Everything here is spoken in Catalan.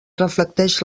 reflecteix